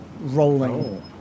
rolling